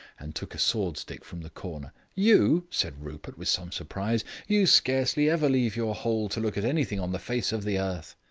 and took a sword-stick from the corner. you! said rupert, with some surprise, you scarcely ever leave your hole to look at anything on the face of the earth.